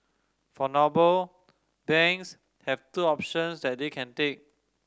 for noble banks have two options that they can take